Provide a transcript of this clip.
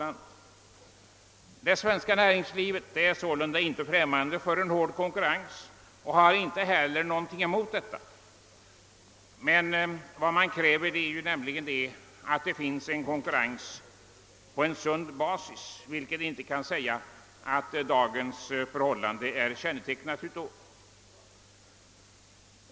Det svenska näringslivet är således inte främmande för en hård konkurrens och har inte heller någonting emot en sådan. Vad man kräver är konkurrens på en sund basis, vilket det inte kan sägas att dagens förhållande är kännetecknat av.